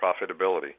profitability